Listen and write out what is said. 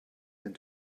and